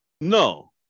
No